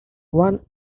one